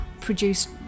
produced